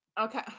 Okay